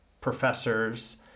professors